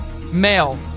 Male